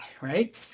right